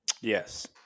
Yes